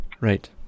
right